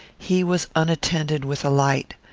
he was unattended with a light.